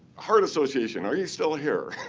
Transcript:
heart association, are you still here?